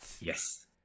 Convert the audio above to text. Yes